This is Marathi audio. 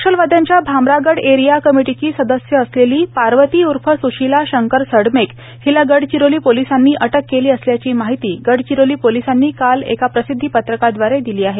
नक्षलवाद्यांच्या भामरागड एरीया कमिटीची सदस्य असलेली पार्वती ऊर्फ सुशीला शंकर सडमेक हिला गडचिरोली पोलिसांनी अटक केली असल्याची माहिती गडचिरोली पोलिसांनी काल एका प्रसिद्धी पत्रकादवारे दिली आहे